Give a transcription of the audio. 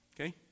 okay